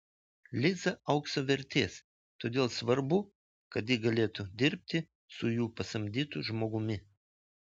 liza aukso vertės todėl svarbu kad ji galėtų dirbti su jų pasamdytu žmogumi